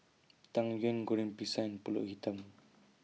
Tang Yuen Goreng Pisang and Pulut Hitam